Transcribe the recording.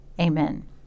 Amen